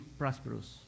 prosperous